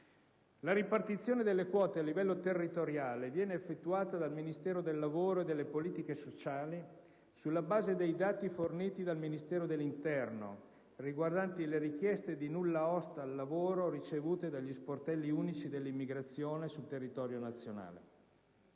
La ripartizione delle quote a livello territoriale viene effettuata dal Ministero del lavoro e delle politiche sociali sulla base dei dati forniti dal Ministero dell'interno concernenti le richieste di nulla osta al lavoro ricevute dagli sportelli unici dell'immigrazione sul territorio nazionale.